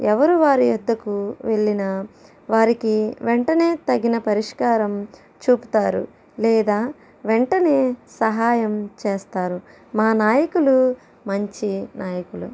ఎవరు వారి వద్దకు వెళ్ళిన వారికి వెంటనే తగిన పరిష్కారం చూపుతారు లేదా వెంటనే సహాయం చేస్తారు మా నాయకులు మంచి నాయకులు